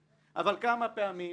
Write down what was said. היוונים.